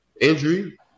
injury